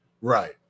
right